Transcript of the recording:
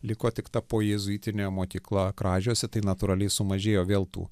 liko tik ta pojėzuitinė mokykla kražiuose tai natūraliai sumažėjo vėl tų